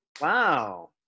wow